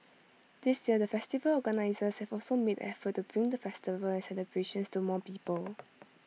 this year the festival organisers have also made the effort to bring the festival and celebrations to more people